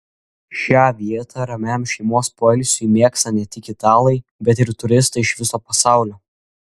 šią vietą ramiam šeimos poilsiui mėgsta ne tik italai bet ir turistai iš viso pasaulio